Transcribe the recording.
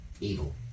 evil